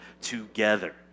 together